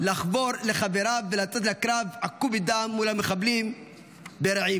לחבור לחבריו ולצאת לקרב עקוב מדם מול המחבלים ברעים.